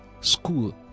school